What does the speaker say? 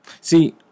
See